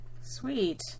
Sweet